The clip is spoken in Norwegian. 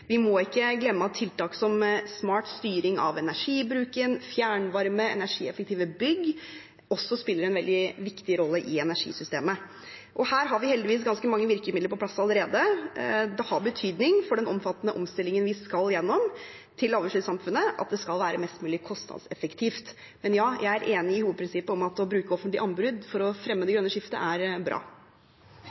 Vi må ikke glemme at tiltak som smart styring av energibruken, fjernvarme og energieffektive bygg spiller en veldig viktig rolle i energisystemet. Her har vi heldigvis ganske mange virkemidler på plass allerede. Det har betydning for den omfattende omstillingen vi skal igjennom til lavutslippssamfunnet, at det skal være mest mulig kostnadseffektivt. Ja, jeg er enig i hovedprinsippet om at det er bra å bruke offentlige anbud for å fremme det grønne skiftet. Replikkordskiftet er